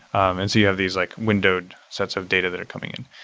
and so you have these like windowed sets of data that are coming in.